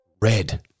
Red